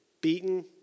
beaten